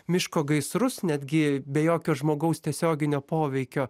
miško gaisrus netgi be jokio žmogaus tiesioginio poveikio